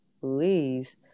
Please